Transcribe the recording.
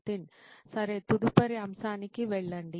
నితిన్ సరే తదుపరి అంశానికి వెళ్లండి